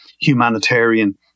humanitarian